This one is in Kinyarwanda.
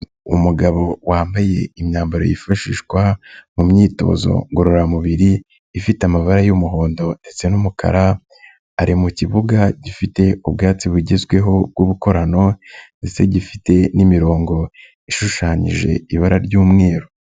Umugabo wambaye imyambaro yifashishwa, mu myitozo ngororamubiri, ifite amabara y'umuhondo n'umukara, ari mu kibuga gifite ubwatsi bugezweho bw'ubukorano ndetse gifite n'imirongo ishushanyije ibara ry'umweru.